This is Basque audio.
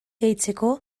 gehitzeko